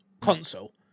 console